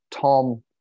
Tom